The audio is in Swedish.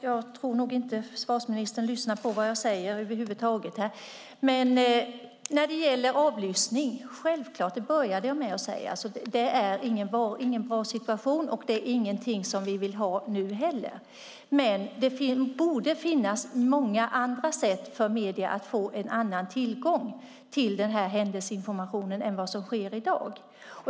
Herr talman! Jag tror inte att försvarsministern lyssnar på vad jag säger över huvud taget. När det gäller avlyssning är det självklart ingen bra situation - det började jag med att säga - och det är ingenting som vi vill ha nu heller. Men det borde finnas många andra sätt för medier att få en annan tillgång till denna händelseinformation än vad som är fallet i dag.